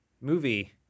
movie